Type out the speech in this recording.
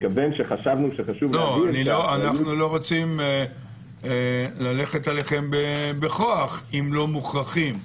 אנחנו לא רוצים ללכת עליכם בכוח אם לא מוכרחים.